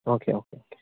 okay okay